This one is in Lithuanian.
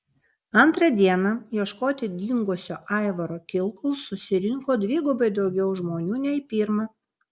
antrą dieną ieškoti dingusio aivaro kilkaus susirinko dvigubai daugiau žmonių nei pirmą